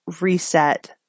reset